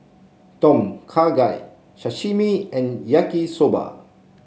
Tom Kha Gai Sashimi and Yaki Soba